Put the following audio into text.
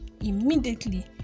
immediately